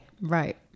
Right